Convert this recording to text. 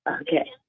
Okay